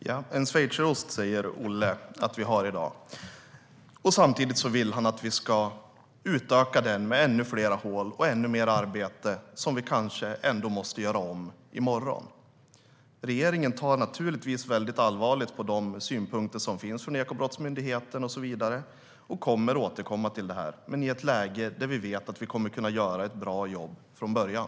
Herr talman! Olle säger att vi har en lagstiftning i dag som är som schweizerost. Samtidigt vill han att vi ska utöka den med ännu fler hål och att vi ska göra ännu mer arbete som vi kanske ändå måste göra om i morgon. Regeringen tar naturligtvis väldigt allvarligt på Ekobrottsmyndighetens synpunkter och kommer att återkomma till det här, men i ett läge där vi vet att vi kommer att kunna göra ett bra jobb från början.